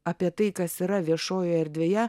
apie tai kas yra viešojoje erdvėje